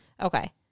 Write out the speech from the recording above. Okay